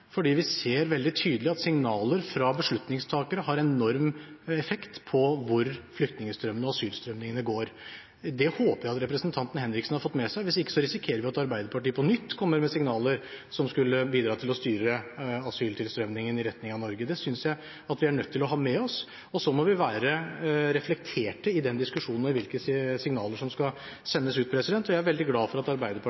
vi ser veldig tydelig at signaler fra beslutningstakere har enorm effekt på hvor flyktningstrømmene og asylstrømmene går. Det håper jeg at representanten Henriksen har fått med seg. Hvis ikke risikerer vi at Arbeiderpartiet på nytt kommer med signaler som bidrar til å styre asyltilstrømningen i retning av Norge. Det synes jeg vi er nødt til å ha med oss. Vi må være reflekterte i den diskusjonen og om hvilke signaler som skal sendes ut. Jeg er veldig glad for at